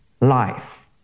life